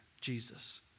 Jesus